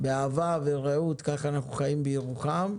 באהבה ורעות, כך אנחנו חיים בירוחם.